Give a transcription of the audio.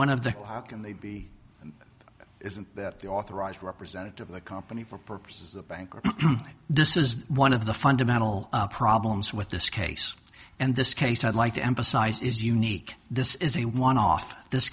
one of the how can they be is an authorized representative of the company for purposes of bankruptcy this is one of the fundamental problems with this case and this case i'd like to emphasize is unique this is a one off this